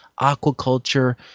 aquaculture